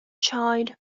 child